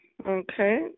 Okay